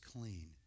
clean